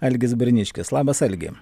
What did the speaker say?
algis barniškis labas algi